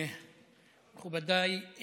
מכובדיי,